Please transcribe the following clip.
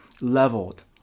leveled